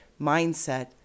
mindset